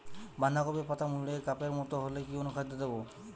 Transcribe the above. বাঁধাকপির পাতা মুড়ে কাপের মতো হলে কি অনুখাদ্য দেবো?